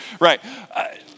right